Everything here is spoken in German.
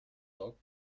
dock